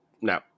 no